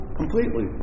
completely